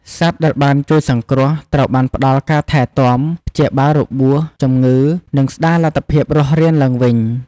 សត្វដែលបានជួយសង្គ្រោះត្រូវបានផ្តល់ការថែទាំ ព្យាបាលរបួស ជំងឺ និងស្តារលទ្ធភាពរស់រានឡើងវិញ។